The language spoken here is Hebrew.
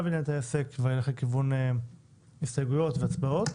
וינהל את העסק ונלך לכיוון הסתייגויות והצבעות.